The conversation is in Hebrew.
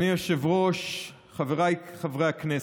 אדוני היושב-ראש, חבריי חברי הכנסת,